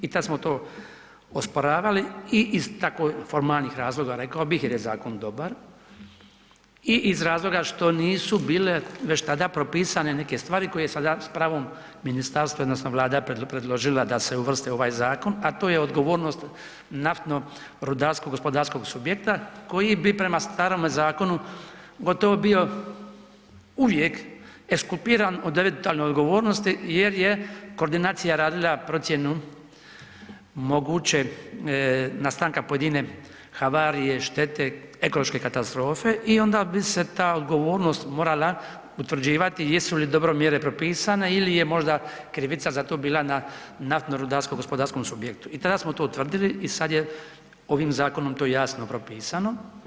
I tad smo to osporavali i iz tako formalnih razloga, rekao bih, jer je zakon dobar, i iz razloga što nisu bile već tada propisane neke stvari koje sada s pravom ministarstvo, odnosno Vlada predložila da se uvrste u ovaj zakon, a to je odgovornost naftno-rudarskog gospodarskog subjekta, koji bi prema starome zakonu gotovo bio uvijek ekskulpiran od eventualne odgovornosti jer je koordinacija radila procjenu moguće nastanka pojedine havarije, štete, ekološke katastrofe i onda bi se ta odgovornost morala utvrđivati jesu li dobro mjere propisane ili je možda krivica za to bila na naftno-rudarskom gospodarskom subjektu i tada smo tvrditi i sad je ovim zakonom to jasno propisano.